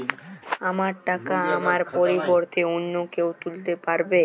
আমার টাকা আমার পরিবর্তে অন্য কেউ তুলতে পারবে?